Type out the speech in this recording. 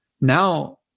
Now